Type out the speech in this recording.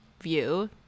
view